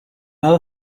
other